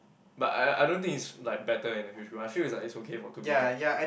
but I I I don't think it's like better in a huge group I feel is like is okay for two people